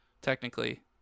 technically